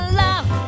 love